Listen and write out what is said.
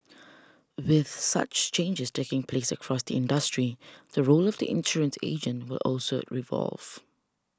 with such changes taking place across the industry the role of the insurance agent will also evolve